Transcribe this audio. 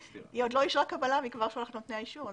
אין סתיר.ה היא עוד לא אישרה קבלה והיא כבר שולחת לנותני האישור.